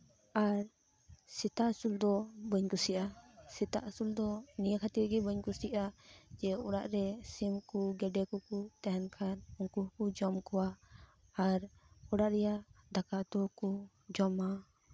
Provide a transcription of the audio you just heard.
ᱟᱨ ᱥᱮᱛᱟ ᱟᱹᱥᱩᱞ ᱫᱚ ᱵᱟᱹᱧ ᱠᱩᱥᱤᱭᱟᱜᱼᱟ ᱥᱮᱛᱟ ᱟᱹᱥᱩᱞ ᱫᱚ ᱱᱤᱭᱟᱹ ᱠᱷᱟᱹᱛᱤᱨ ᱜᱮ ᱵᱟᱹᱧ ᱠᱩᱥᱤᱭᱟᱜᱼᱟ ᱡᱮ ᱚᱲᱟᱜ ᱨᱮ ᱥᱤᱢ ᱠᱚ ᱜᱮᱰᱮ ᱠᱚᱠᱚ ᱛᱟᱦᱮᱱ ᱠᱷᱟᱱ ᱩᱱᱠᱚ ᱦᱚᱠᱚ ᱡᱚᱢ ᱠᱚᱣᱟ ᱟᱨ ᱚᱲᱟᱜ ᱨᱮᱭᱟᱜ ᱫᱟᱠᱟ ᱩᱛᱩᱠᱚ ᱡᱚᱢᱟ